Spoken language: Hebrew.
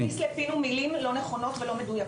אל תכניס לפינו מילים לא נכונות ולא מדויקות.